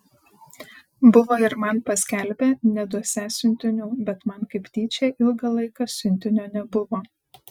buvo ir man paskelbę neduosią siuntinių bet man kaip tyčia ilgą laiką siuntinio nebuvo